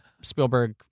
Spielberg